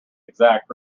exact